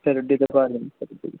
ফেরত দিতে পারবেন